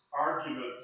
argument